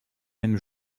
même